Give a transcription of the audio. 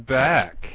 back